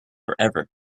forever